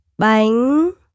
bánh